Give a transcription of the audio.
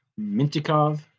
mintikov